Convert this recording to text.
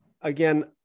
again